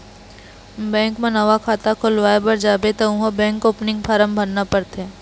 bank म नवा खाता खोलवाए बर जाबे त उहाँ बेंक ओपनिंग फारम भरना परथे